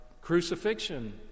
crucifixion